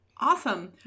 Awesome